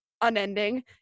unending